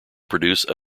produce